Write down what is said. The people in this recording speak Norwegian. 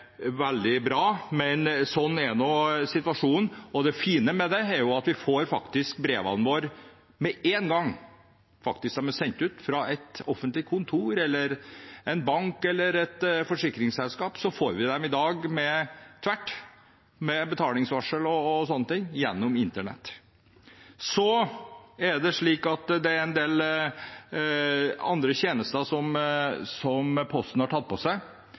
det fine med det, er at vi faktisk får brevene våre med én gang. Om de er sendt ut fra et offentlig kontor, fra en bank eller fra et forsikringsselskap, så får vi dem i dag tvert, med betalingsvarsel og sånne ting, gjennom internett. Så er det slik at det er en del andre tjenester som Posten har tatt på seg.